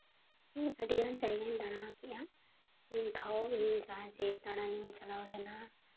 ᱤᱧ ᱟᱹᱰᱤᱜᱟᱱ ᱡᱟᱭᱜᱟᱧ ᱫᱟᱬᱟ ᱠᱮᱜᱼᱟ ᱤᱧ ᱡᱟᱦᱟᱸ ᱡᱮ ᱫᱟᱬᱟᱱᱤᱧ ᱪᱟᱞᱟᱣ ᱞᱮᱱᱟ